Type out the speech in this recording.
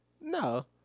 No